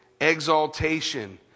exaltation